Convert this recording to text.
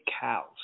cows